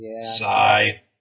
Sigh